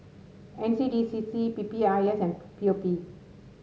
N C D C C P P I S and P P O P